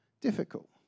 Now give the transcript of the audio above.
difficult